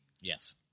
Yes